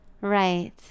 Right